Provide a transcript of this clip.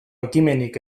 ekimenik